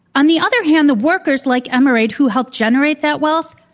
on the other hand, the workers, like emma raid, who help generate that wealth,